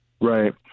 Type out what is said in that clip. Right